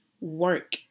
work